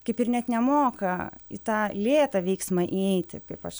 kaip ir net nemoka į tą lėtą veiksmą įeiti kaip aš